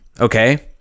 Okay